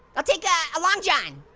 i'll take yeah a long john,